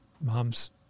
mom's